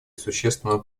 существенного